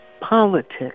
politics